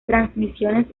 transmisiones